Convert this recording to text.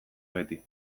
beti